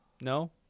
no